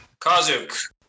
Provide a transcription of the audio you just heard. Kazuk